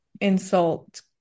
insult